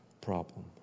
problem